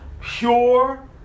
pure